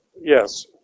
Yes